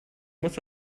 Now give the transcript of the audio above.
musst